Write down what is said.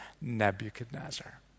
Nebuchadnezzar